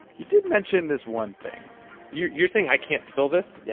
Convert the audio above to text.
he did mention this one thing you're you're saying i can't spill this? yeah.